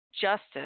Justice